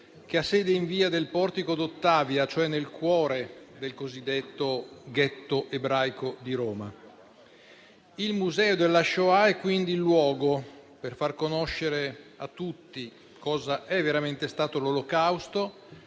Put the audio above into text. che ha sede in via del Portico d'Ottavia, cioè nel cuore del cosiddetto ghetto ebraico di Roma. Il Museo della Shoah è quindi il luogo per far conoscere a tutti cosa è veramente stato l'Olocausto